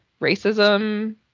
racism